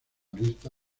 lista